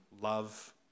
love